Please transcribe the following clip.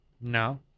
No